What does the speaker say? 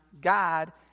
God